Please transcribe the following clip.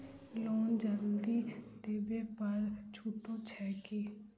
Loan जल्दी देबै पर छुटो छैक की?